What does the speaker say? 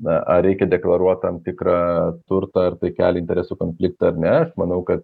na ar reikia deklaruoti tam tikrą turtą ar tai kelia interesų konfliktą ar ne aš manau kad